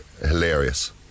hilarious